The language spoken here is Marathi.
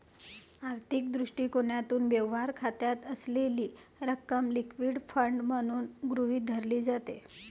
आर्थिक दृष्टिकोनातून, व्यवहार खात्यात असलेली रक्कम लिक्विड फंड म्हणून गृहीत धरली जाते